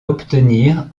obtenir